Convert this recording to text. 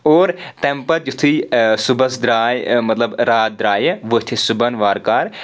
اور تَمہِ پَتہٕ یِتھُے صُبحس دراے مطلب رات درٛایہِ ؤتھۍ أسۍ صُبحن وارٕ کارٕ